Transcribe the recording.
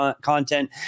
content